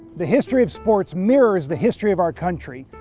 the history of sports mirrors the history of our country,